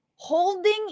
Holding